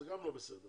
זה גם לא בסדר,